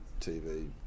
TV